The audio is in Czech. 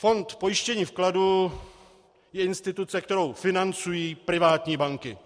Fond pojištění vkladu je instituce, kterou financují privátní banky.